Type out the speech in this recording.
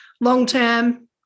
long-term